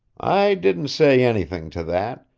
i didn't say anything to that,